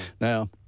Now